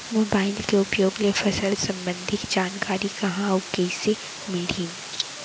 Mobile के उपयोग ले फसल सम्बन्धी जानकारी कहाँ अऊ कइसे मिलही?